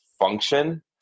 function